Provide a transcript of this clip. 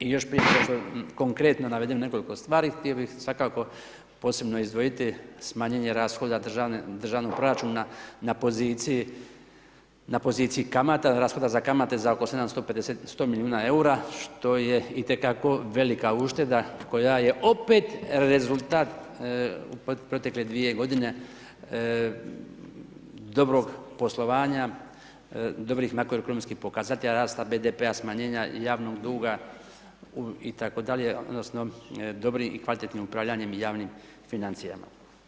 I još prije nego što konkretno navedem nekoliko stvari htio bih svakako posebno izdvojiti smanje rashoda državnog proračuna na poziciji kamata, rashoda za kamate za oko 750, 100 milijuna EUR-a što je i te kako velika ušteda koja je opet rezultat u protekle dvije godine dobrog poslovanja, dobrih makroekonomskih pokazatelja, rasta BDP-a smanjenja javnog duga itd. odnosno dobrim i kvalitetnim upravljanjem javnim financijama.